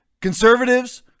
conservatives